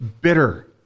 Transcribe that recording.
bitter